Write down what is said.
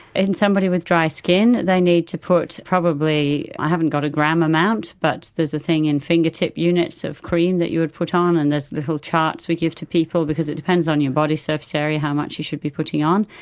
in somebody with dry skin they need to put probably, i haven't got a gram amount but there's a thing in fingertip units of cream that you would put on and there's little charts that we give to people, because it depends on your body surface area how much you should be putting on.